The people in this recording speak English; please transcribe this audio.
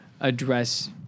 address